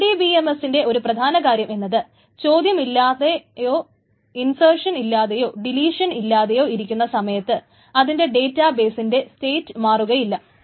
RDBMSന്റെ ഒരു പ്രധാന കാര്യം എന്നത് ചോദ്യമില്ലാതെയോ ഇൻസർക്ഷൻ ഇല്ലാതെയോ ഡിലീഷൻ ഇല്ലാതെയൊ ഇരിക്കുന്ന സമയത്ത് അതിന്റെ ഡേറ്റാ ബെസിന്റെ സ്റ്റേറ്റ് മാറുകയെ ഇല്ല